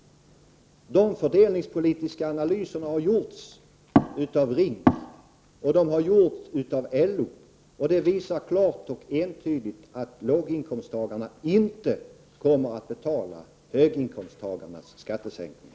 De fördelningspolitiska analyserna har gjorts av RINK och av LO, och de visar klart och entydigt att låginkomsttagarna inte kommer att betala höginkomsttagarnas skattesänkningar.